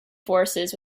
forces